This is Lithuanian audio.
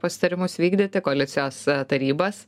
pasitarimus vykdyti koalicijos tarybas